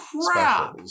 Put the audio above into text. crap